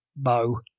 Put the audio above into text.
mo